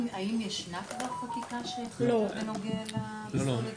האם ישנה כבר חקיקה שהתחילה בנוגע לפסולת?